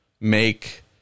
make